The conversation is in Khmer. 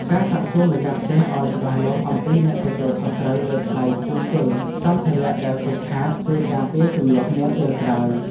ការសាកសួរម្ចាស់ផ្ទះឱ្យច្បាស់លាស់អំពីអ្នកទទួលខុសត្រូវលើថ្លៃជួសជុលសម្ភារៈដែលខូចខាតជួយការពារជម្លោះនាពេលក្រោយ។